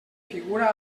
figura